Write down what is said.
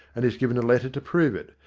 and is given a letter to prove it,